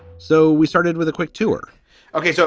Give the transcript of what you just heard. so we started with a quick tour okay. so